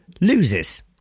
loses